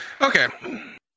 Okay